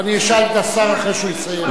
אשאל את השר אחרי שיסיים.